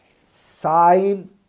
sign